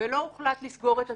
ולא הוחלט לסגור את התיק,